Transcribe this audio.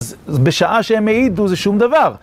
בשעה שהם העידו זה שום דבר.